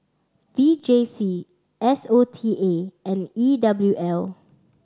V J C S O T A and E W L